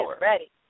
ready